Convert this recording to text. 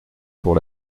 pour